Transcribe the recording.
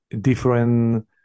different